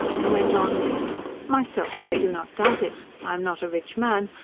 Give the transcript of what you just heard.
and went on myself, i do not doubt it. i am not a rich man,